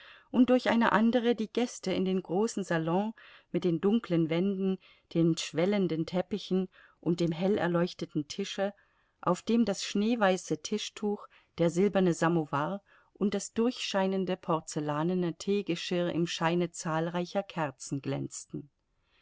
und durch eine andere die gäste in den großen salon mit den dunklen wänden den schwellenden teppichen und dem hell erleuchteten tische auf dem das schneeweiße tischtuch der silberne samowar und das durchscheinende porzellanene teegeschirr im scheine zahlreicher kerzen glänzten